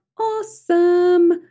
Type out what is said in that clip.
awesome